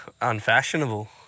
unfashionable